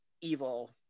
evil